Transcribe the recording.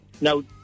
Now